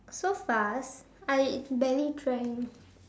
so fast I barely drank